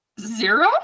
Zero